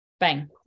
bang